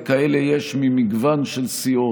וכאלה יש ממגוון סיעות.